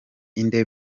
inde